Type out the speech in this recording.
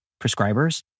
prescribers